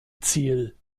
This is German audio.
ziel